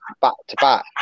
back-to-back